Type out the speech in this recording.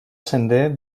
sender